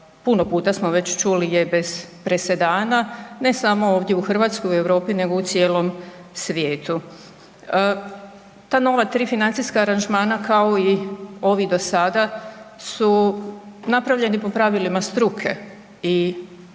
puno puta smo već čuli je bez presedana ne samo ovdje u Hrvatskoj i u Europi nego u cijelom svijetu. Ta nova tri financijska aranžmana kao i do sada su napravljeni po pravilima struke i moramo